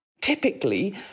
Typically